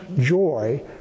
joy